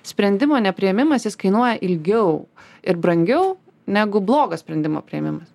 sprendimo nepriėmimas jis kainuoja ilgiau ir brangiau negu blogas sprendimo priėmimas